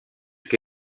que